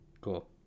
Cool